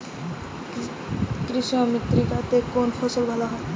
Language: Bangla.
কৃষ্ণ মৃত্তিকা তে কোন ফসল ভালো হয়?